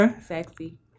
sexy